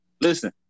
listen